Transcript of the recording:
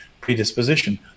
predisposition